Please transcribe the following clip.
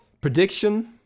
Prediction